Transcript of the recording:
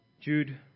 Jude